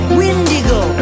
windigo